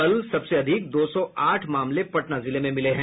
कल सबसे अधिक दो सौ आठ मामले पटना जिले में मिले हैं